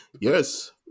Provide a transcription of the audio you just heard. yes